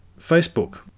Facebook